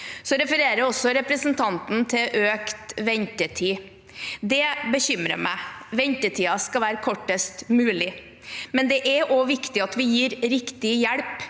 refererer også til økt ventetid. Det bekymrer meg. Ventetiden skal være kortest mulig, men det er også viktig at vi gir riktig hjelp